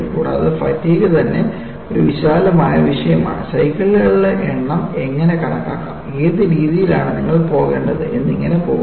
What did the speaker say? കൂടാതെ ഫാറ്റിഗ് തന്നെ ഒരു വിശാലമായ വിഷയമാണ് സൈക്കിളുകളുടെ എണ്ണം എങ്ങനെ കണക്കാക്കാം ഏത് രീതിയിലാണ് നിങ്ങൾ പോകേണ്ടത് എന്നിങ്ങനെ പോകുന്നു